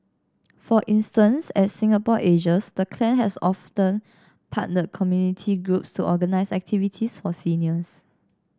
for instance as Singapore ages the clan has often partnered community groups to organise activities for seniors